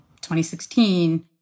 2016